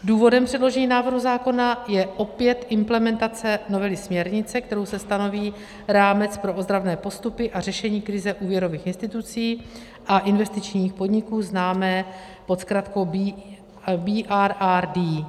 Důvodem předložení návrhu zákona je opět implementace novely směrnice, kterou se stanoví rámec pro ozdravné postupy a řešení krize úvěrových institucí a investičních podniků, známé pod zkratkou BRRD.